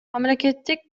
мамлекеттик